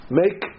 make